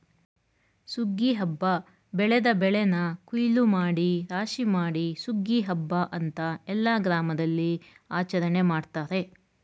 ಸುಗ್ಗಿ ಹಬ್ಬ ಬೆಳೆದ ಬೆಳೆನ ಕುಯ್ಲೂಮಾಡಿ ರಾಶಿಮಾಡಿ ಸುಗ್ಗಿ ಹಬ್ಬ ಅಂತ ಎಲ್ಲ ಗ್ರಾಮದಲ್ಲಿಆಚರಣೆ ಮಾಡ್ತಾರೆ